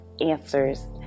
answers